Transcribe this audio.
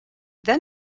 then